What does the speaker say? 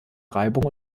reibung